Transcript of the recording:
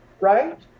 right